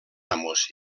amos